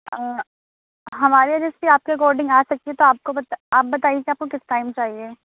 ہمارے رسک پہ آپ کے اکارڈنگ آ سکتے ہیں تو آپ کو آپ بتائیے کہ آپ کو کس ٹائم چاہیے